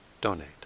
donate